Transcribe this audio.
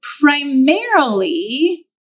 primarily